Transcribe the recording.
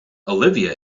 olivia